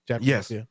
Yes